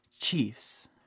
Chiefs